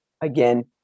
again